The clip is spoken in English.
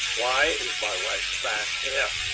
why is my wife's fan here?